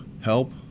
help